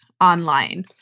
online